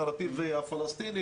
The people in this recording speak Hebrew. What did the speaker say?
הנרטיב הפלסטיני,